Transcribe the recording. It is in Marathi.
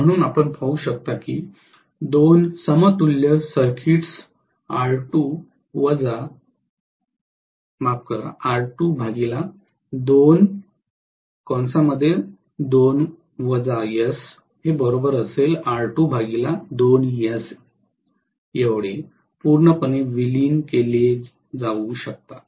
म्हणून आपण पाहू शकता की दोन समतुल्य सर्किट्स पूर्णपणे विलीन केली जाऊ शकतात